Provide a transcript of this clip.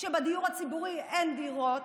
כשבדיור הציבורי אין דירות,